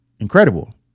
incredible